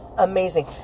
amazing